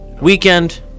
weekend